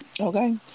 Okay